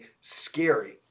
scary